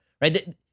right